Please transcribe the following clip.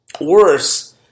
Worse